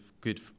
good